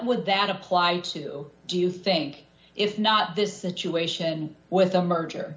would that apply to do you think if not this situation with the merger